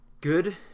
Good